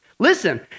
Listen